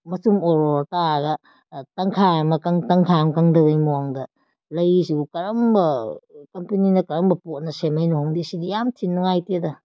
ꯃꯆꯨꯝ ꯑꯣꯔꯣꯔꯣ ꯇꯥꯔꯒ ꯇꯪꯈꯥꯏ ꯑꯃ ꯀꯪ ꯇꯪꯈꯥꯏ ꯑꯃ ꯀꯪꯗꯕꯩ ꯃꯑꯣꯡꯗ ꯂꯩꯔꯤꯁꯤꯕꯨ ꯀꯔꯝꯕ ꯀꯝꯄꯦꯅꯤꯅ ꯀꯔꯝꯕ ꯄꯣꯠꯅ ꯁꯦꯝꯃꯛꯏꯅꯣ ꯈꯪꯗꯦ ꯁꯤꯗꯤ ꯌꯥꯝ ꯊꯤꯅ ꯅꯨꯡꯉꯥꯏꯇꯦꯗ